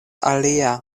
alia